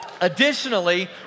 Additionally